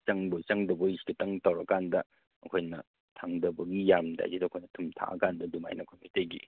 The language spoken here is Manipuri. ꯆꯪꯕꯣꯏ ꯆꯪꯗꯕꯣꯏ ꯈꯤꯇꯪ ꯇꯧꯔ ꯀꯥꯟꯗ ꯑꯩꯈꯣꯏꯅ ꯊꯥꯡꯗꯕꯒꯤ ꯌꯥꯔꯝꯗꯥꯏꯁꯤꯗ ꯑꯩꯈꯣꯏꯅ ꯊꯨꯝ ꯊꯥꯛꯑꯀꯥꯟꯗ ꯑꯗꯨꯃꯥꯏꯅ ꯑꯩꯈꯣꯏ ꯃꯩꯇꯩꯒꯤ